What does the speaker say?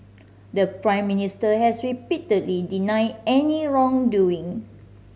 the Prime Minister has repeatedly denied any wrongdoing